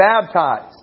baptized